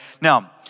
Now